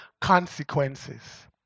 consequences